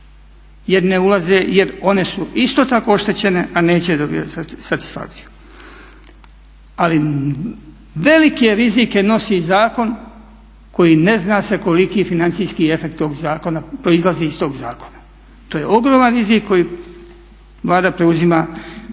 jer ne ulaze, jer one su isto tako oštećene a neće dobivati satisfakciju. Ali velike rizike nosi zakon koji ne zna se koliki financijski efekt proizlazi iz tog zakona. To je ogroman rizik koji Vlada preuzima.